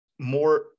more